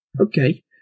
Okay